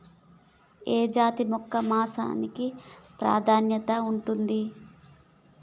ఏ జాతి మేక మాంసానికి ప్రాధాన్యత ఉంటది?